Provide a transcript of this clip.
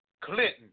Clinton